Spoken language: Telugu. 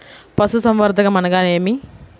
పశుసంవర్ధకం అనగా ఏమి?